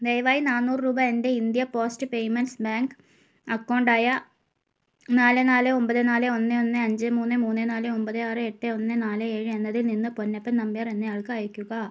ദയവായി നാന്നൂറ് രൂപ എൻ്റെ India post payments bank account ആയ നാല് നാല് ഒമ്പത് നാല് ഒന്ന് ഒന്ന് അഞ്ച് മൂന്ന് മൂന്ന് നാല് ഒമ്പത് ആറ് എട്ട് ഒന്ന് നാല് ഏഴ് എന്നതിൽ നിന്ന് പൊന്നപ്പൻ നമ്പ്യാർ എന്നയാൾക്ക് അയയ്ക്കുക